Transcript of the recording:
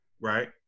right